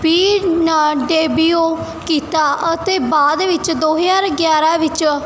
ਵੀਹ ਨਾਲ ਡੈਬੀਓ ਕੀਤਾ ਅਤੇ ਬਾਅਦ ਵਿੱਚ ਦੋ ਹਜ਼ਾਰ ਗਿਆਰਾਂ ਵਿੱਚ